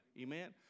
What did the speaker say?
Amen